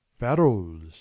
barrels